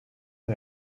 est